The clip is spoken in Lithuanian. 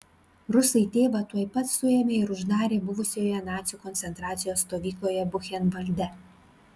rusai tėvą tuoj pat suėmė ir uždarė buvusioje nacių koncentracijos stovykloje buchenvalde